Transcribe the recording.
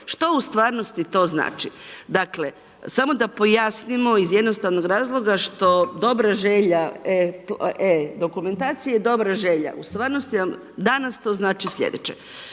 Što u stvarnosti to znači? Dakle, samo da pojasnimo iz jednostavnog razloga što dobra želja e dokumentacije je dobra želja. U stvarnosti vam danas to znači slijedeće.